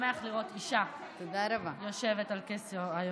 משמח לראות אישה יושבת על כס היושב-ראש.